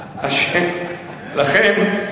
לכן,